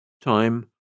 Time